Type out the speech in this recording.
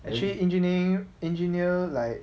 actually engineer engineer like